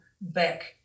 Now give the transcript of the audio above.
back